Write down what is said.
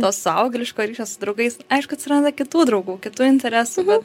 to suaugėliško ryšio su draugais aišku atsiranda kitų draugų kitų interesų bet